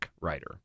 writer